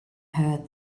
heard